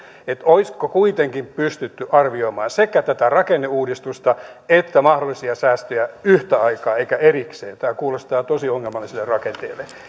olisiko siis kuitenkin pystytty arvioimaan sekä tätä rakenneuudistusta että mahdollisia säästöjä yhtä aikaa eikä erikseen tämä kuulostaa tosi ongelmalliselle rakenteelle samoin